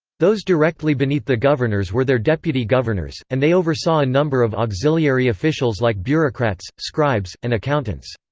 those directly beneath the governors were their deputy governors, and they oversaw a number of auxiliary officials like bureaucrats, scribes, and accountants.